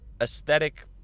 aesthetic